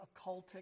occultic